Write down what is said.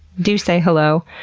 do say hello.